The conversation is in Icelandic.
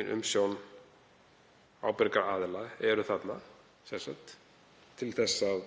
í umsjón ábyrgra aðila eru þarna til þess að